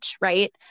right